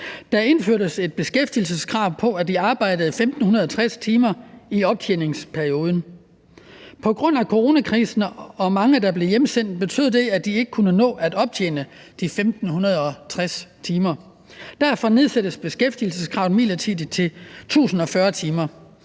Der indførtes et beskæftigelseskrav om, at de arbejdede 1.560 timer i optjeningsperioden. Coronakrisen og de mange, der blev hjemsendt, betyder, at de ikke kunne nå at optjene de 1.560 timer. Derfor nedsættes beskæftigelseskravet midlertidigt til 1.040 timer.